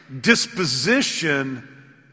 disposition